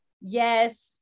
Yes